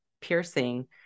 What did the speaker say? piercing